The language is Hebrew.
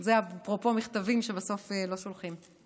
זה אפרופו מכתבים שבסוף לא שולחים.